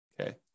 okay